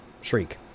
shriek